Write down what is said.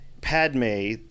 Padme